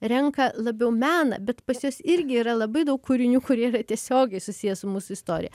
renka labiau meną bet pas juos irgi yra labai daug kūrinių kurie yra tiesiogiai susiję su mūsų istorija